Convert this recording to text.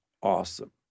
awesome